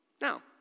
Now